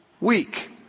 week